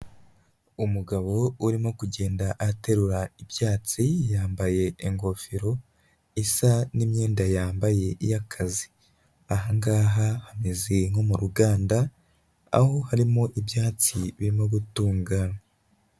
Umugabo urimo kugenda aterura ibyatsi yambaye ingofero isa n'imyenda yambaye y'akazi. Aha ngaha hameze nko mu ruganda aho harimo ibyatsi birimo gutunganywa.